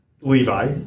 Levi